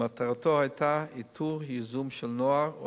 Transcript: ומטרתו היתה איתור יזום של נוער,